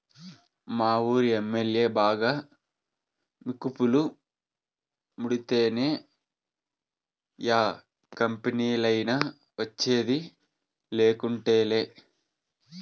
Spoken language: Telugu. మావూరి ఎమ్మల్యే బాగా మికుపులు ముడితేనే యా కంపెనీలైనా వచ్చేది, లేకుంటేలా